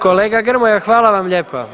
Kolega Grmoja hvala vam lijepa.